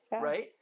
right